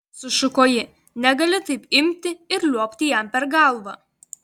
sušuko ji negali taip imti ir liuobti jam per galvą